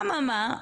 א-ממה,